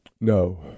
No